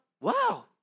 Wow